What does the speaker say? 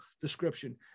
description